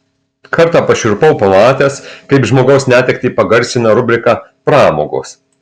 kartą pašiurpau pamatęs kaip žmogaus netektį pagarsina rubrika pramogos